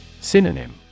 Synonym